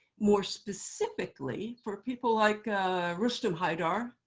more specifically, for people like rustam haidar,